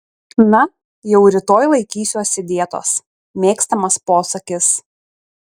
na jau rytoj laikysiuosi dietos mėgstamas posakis